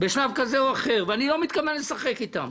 בשלב כזה או אחר ואני לא מתכוון לשחק איתם.